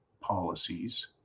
policies